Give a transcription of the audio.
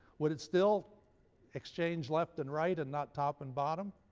would it still exchange left and right and not top and bottom?